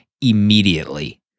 immediately